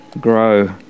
grow